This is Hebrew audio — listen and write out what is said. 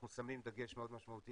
אנחנו שמים דגש מאוד משמעותי,